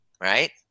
right